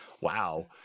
Wow